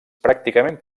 pràcticament